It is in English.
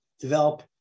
develop